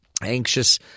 Anxious